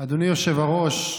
אדוני היושב-ראש,